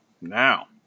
Now